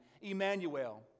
Emmanuel